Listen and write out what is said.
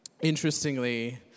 interestingly